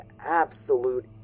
absolute